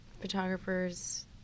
photographers